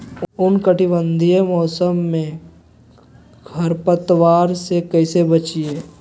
उष्णकटिबंधीय मौसम में खरपतवार से कैसे बचिये?